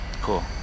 Cool